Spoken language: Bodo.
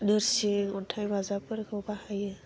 नोरसिं अन्थाइ बाजाबफोरखौ बाहायो